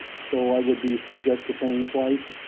so i would be subject to paying twice,